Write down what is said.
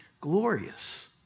glorious